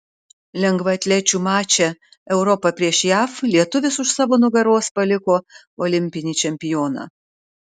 lengvaatlečių mače europa prieš jav lietuvis už savo nugaros paliko olimpinį čempioną